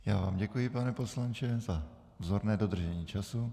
Já vám děkuji, pane poslanče, za vzorné dodržení času.